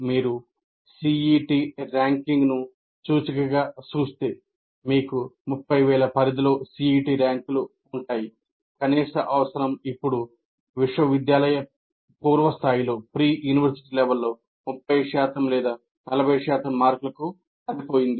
మీరు CET ranking 35 శాతం లేదా 40 శాతం మార్కులకు పడిపోయింది